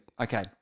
Okay